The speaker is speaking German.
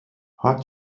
hot